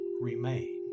remain